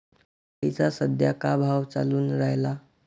पपईचा सद्या का भाव चालून रायला?